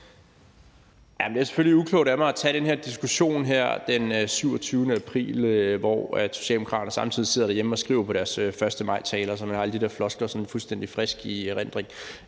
Det er selvfølgelig uklogt af mig at tage den her diskussion her den 27. april, hvor Socialdemokraterne samtidig sidder derhjemme og skriver på deres 1. maj-taler, så de har de der floskler i fuldstændig frisk erindring